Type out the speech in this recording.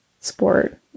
sport